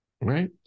Right